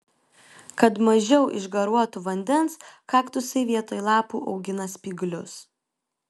kad mažiau išgaruotų vandens kaktusai vietoj lapų augina spyglius